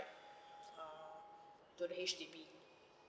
err to the H_D_B